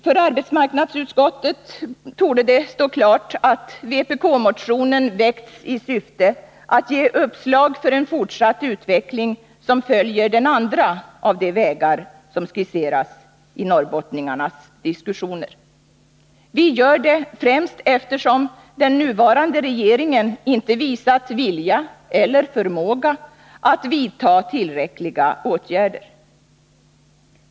För arbetsmarknadsutskottet torde det stå klart att vpk-motionen väckts i syfte att ge uppslag för en fortsatt utveckling som följer den andra av de vägar som skisseras i norrbottningarnas diskussioner. Vi har gjort det främst därför att den nuvarande regeringen inte visat vilja eller förmåga att vidta tillräckliga åtgärder.